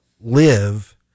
live